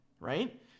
right